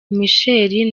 michael